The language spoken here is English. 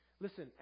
listen